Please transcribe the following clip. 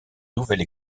nouvelle